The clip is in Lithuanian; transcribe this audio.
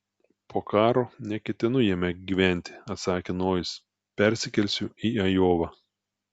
po karo neketinu jame gyventi atsakė nojus persikelsiu į ajovą